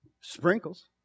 Sprinkles